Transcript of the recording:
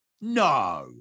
No